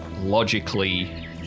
logically